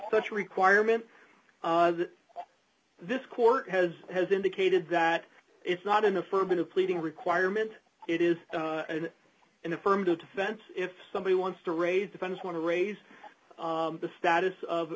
such a requirement that this court has has indicated that it's not an affirmative pleading requirement it is an affirmative defense if somebody wants to raise the funds want to raise the status of